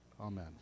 Amen